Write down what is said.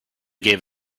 gave